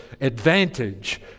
advantage